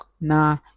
nah